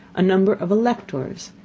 a number of electors,